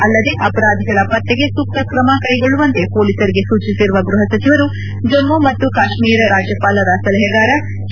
ಅಲ್ಲದೆ ಅಪರಾಧಿಗಳ ಪತ್ತೆಗೆ ಸೂಕ್ತ ಕ್ರಮಕ್ಕೆಗೊಳ್ಳುವಂತೆ ಪೊಲೀಸರಿಗೆ ಸೂಚಿಸಿರುವ ಗ್ಬಹ ಸಚಿವರು ಜಮ್ನು ಮತ್ತು ಕಾಶ್ಮೀರ ರಾಜ್ಯಪಾಲರ ಸಲಹೆಗಾರ ಕೆ